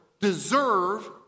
deserve